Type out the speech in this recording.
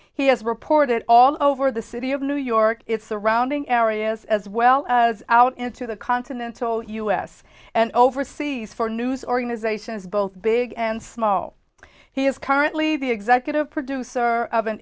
he has reported all over the city of new york its surrounding areas as well as out into the continental u s and overseas for news organizations both big and small he is currently the executive producer of an